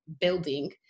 building